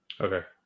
Okay